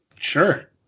Sure